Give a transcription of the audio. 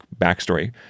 backstory